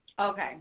Okay